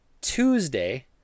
Tuesday